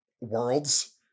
worlds